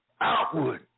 outward